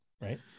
right